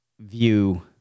view